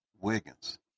Wiggins